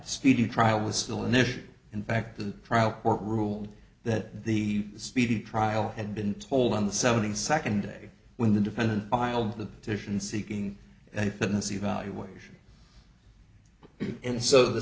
speedy trial was still an issue in fact the trial court ruled that the speedy trial had been told on the seventy second day when the defendant filed the petition seeking and fitness evaluation and so the